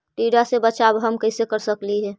टीडा से बचाव हम कैसे कर सकली हे?